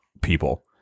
people